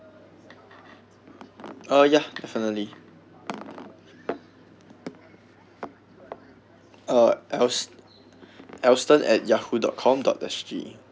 uh ya definitely uh als~ alston at Yahoo dot com dot S_G